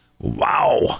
Wow